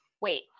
Wait